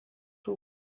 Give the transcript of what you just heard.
who